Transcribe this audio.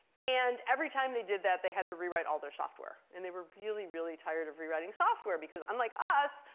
and every time they did that, they had to rewrite all their software. and they were really, really tired of rewriting software, because unlike us,